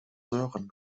sören